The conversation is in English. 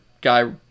guy